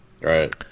right